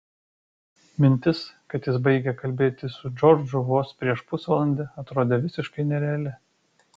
mintis kad jis baigė kalbėti su džordžu vos prieš pusvalandį atrodė visiškai nereali